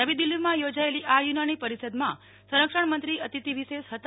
નવી દીલ્હીમાં યોજાયેલી આ યુનાની પરિષદમાં સંરક્ષણમંત્રી અતિથિવિશેષ હતા